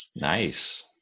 Nice